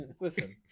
Listen